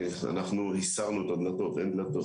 אנחנו ניסרנו את הדלתות - אין דלתות.